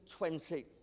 20